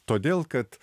todėl kad